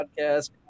podcast